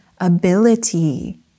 ability